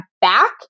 back